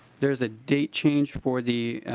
there is a date change for the